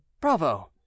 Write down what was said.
bravo